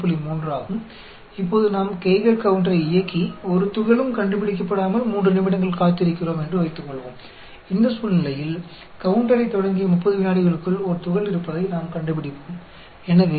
अब मान लीजिए कि हम गीगर काउंटर को चालू करते हैं और एक कण का पता लगाए बिना 3 मिनट तक प्रतीक्षा करते हैं इस स्थिति में हम काउंटर शुरू करने के 30 सेकंड के भीतर एक कण का पता लगाते हैं